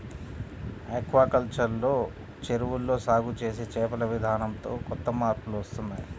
aquaculture లో చెరువుల్లో సాగు చేసే చేపల విధానంతో కొత్త మార్పులు వస్తున్నాయ్